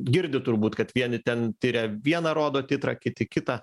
girdit turbūt kad vieni ten tiria vieną rodo titrą kiti kitą